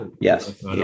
yes